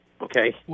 okay